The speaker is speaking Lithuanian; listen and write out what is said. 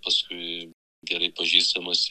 paskui gerai pažįstamas